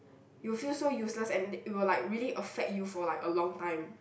you'll feel so useless and it will like really affect you for like a long time